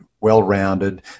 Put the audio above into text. well-rounded